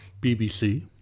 BBC